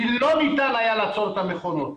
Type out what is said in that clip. כי לא ניתן היה לעצור את המכונות.